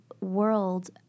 world